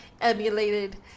emulated